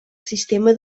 sistema